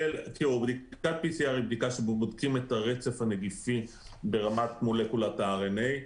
בדיקת PCR היא בדיקה שבה בודקים את הרצף הנגיפי ברמת מולקולת ה-RNA.